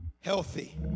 healthy